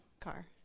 car